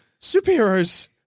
superheroes